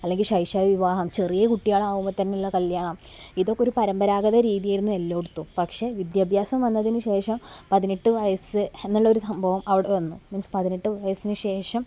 അല്ലെങ്കിൽ ശൈശവവിവാഹം ചെറിയ കുട്ടികളാകുമ്പൊതന്നുള്ള കല്യാണം ഇതൊക്കെയൊരു പാരമ്പരാഗത രീതിയായിരുന്നു എല്ലായിടത്തും പക്ഷെ വിദ്യാഭ്യാസം വന്നതിനു ശേഷം പതിനെട്ട് വയസ്സ് എന്നുള്ളൊരു സംഭവം അവിടെ വന്നു മീൻസ് പതിനെട്ട് വയസ്സിനു ശേഷം